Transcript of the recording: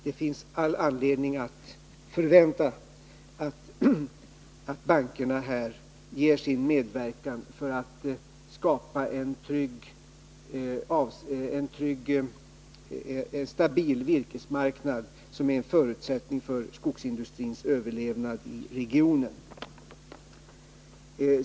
Det finns all anledning att förvänta att bankerna här medverkar för att skapa en stabil virkesmarknad, vilket är en förutsättning för skogsindustrins överlevnad i regionen.